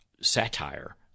Satire